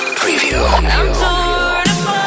preview